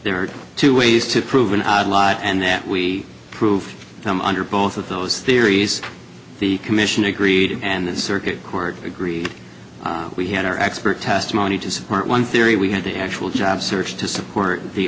there are two ways to prove an odd lot and we proved them under both of those theories the commission agreed and the circuit court agreed we had our expert testimony to support one theory we had the actual job search to support the